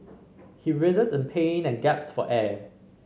he writhed in pain and gasped for air